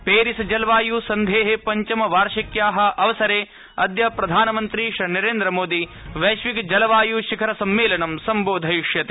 Paris जलवाय् सन्धे पञ्चमवार्षिक्या अवसरे अद्य प्रधानमन्त्री श्रीनरेन्द्रमोदी वैश्विक जलवाय् शिखर सम्मेलनं सम्बोधयिष्यति